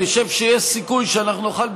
אני חושב שיש סיכוי שאנחנו נוכל,